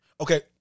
Okay